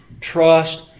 trust